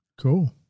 Cool